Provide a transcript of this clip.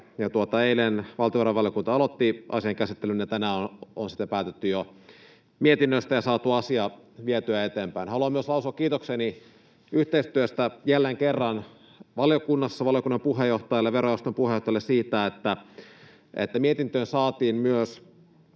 Eilen valtiovarainvaliokunta aloitti asian käsittelyn, ja tänään on sitten päätetty jo mietinnöstä ja saatu asia vietyä eteenpäin. Haluan myös lausua kiitokseni yhteistyöstä valiokunnassa jälleen kerran, valiokunnan puheenjohtajalle ja verojaoston puheenjohtajalle siitä, että mietintöön saatiin myös